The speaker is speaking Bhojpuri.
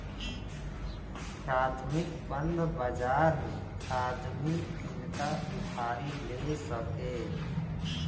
प्राथमिक बंध बाजार मे आदमी नइका उधारी ले सके